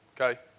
okay